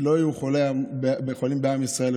שלא יהיו חולים בעם ישראל,